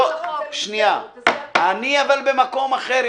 אני במקום אחר.